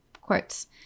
quotes